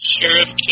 Sheriff